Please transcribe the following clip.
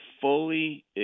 fully